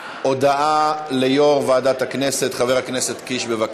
39 בעד, 29 נגד.